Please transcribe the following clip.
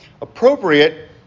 appropriate